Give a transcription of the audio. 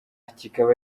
kikaba